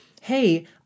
Hey